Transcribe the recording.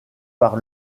par